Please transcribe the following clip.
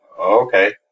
okay